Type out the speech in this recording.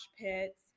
pits